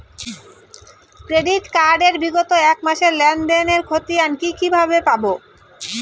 Credit card এর বিগত এক মাসের লেনদেন এর ক্ষতিয়ান কি কিভাবে পাব?